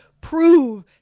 prove